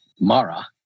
Mara